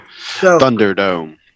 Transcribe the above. Thunderdome